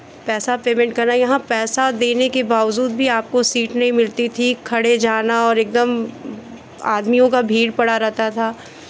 पैसा पेमेंट करना यहाँ पैसा देने के बावज़ूद भी आपको सीट नहीं मिलती थी खड़े जाना और एकदम आदमियों का भीड़ पड़ा रहता था